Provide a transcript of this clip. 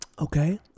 Okay